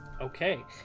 Okay